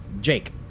Jake